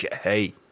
Hey